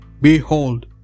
Behold